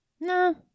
No